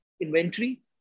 inventory